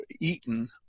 eaten